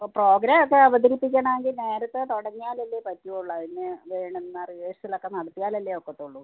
ഓ പ്രോഗ്രാമൊക്കെ അവതരിപ്പിക്കണമെങ്കിൽ നേരത്തെ തുടങ്ങിയാലല്ലേ പറ്റുള്ളൂ അതിന് വേണ്ടുന്ന റിഹേഴ്സലൊക്കെ നടത്തിയാലല്ലേ ഒക്കത്തുള്ളൂ